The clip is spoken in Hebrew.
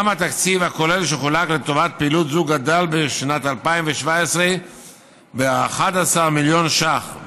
גם התקציב הכולל שחולק לטובת פעילות זו גדל בשנת 2017 ב-11 מיליון ש"ח,